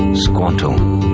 squanto,